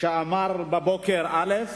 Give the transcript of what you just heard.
שאמר בבוקר א'.